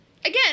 Again